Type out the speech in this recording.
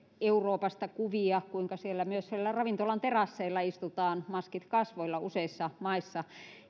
euroopasta kuvia kuinka myös siellä ravintolan terasseilla istutaan maskit kasvoilla useissa maissa